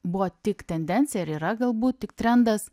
buvo tik tendencija ir yra galbūt tik trendas